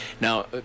Now